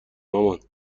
مامان